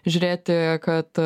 žiūrėti kad